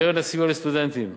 קרן הסיוע לסטודנטים,